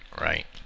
right